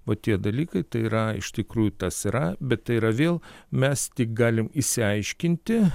va tie dalykai tai yra iš tikrųjų tas yra bet tai yra vėl mes tik galim išsiaiškinti